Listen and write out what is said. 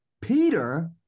Peter